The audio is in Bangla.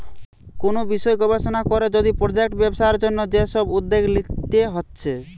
কুনু বিষয় গবেষণা কোরে যদি প্রজেক্ট ব্যবসার জন্যে যে সব উদ্যোগ লিতে হচ্ছে